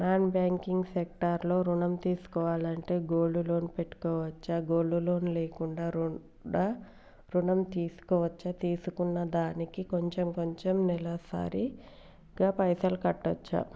Non banking sector లో ఋణం తీసుకోవాలంటే గోల్డ్ లోన్ పెట్టుకోవచ్చా? గోల్డ్ లోన్ లేకుండా కూడా ఋణం తీసుకోవచ్చా? తీసుకున్న దానికి కొంచెం కొంచెం నెలసరి గా పైసలు కట్టొచ్చా?